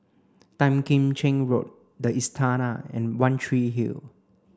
Tan Kim Cheng Road The Istana and One Tree Hill